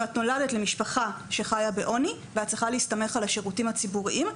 אם את נולדת למשפחה שחיה בעוני ואת צריכה להסתמך על השירותים הציבוריים,